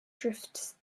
drifts